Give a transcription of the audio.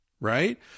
right